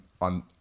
on